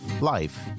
life